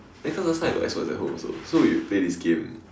then because last time I got Xbox at home also so we would play this game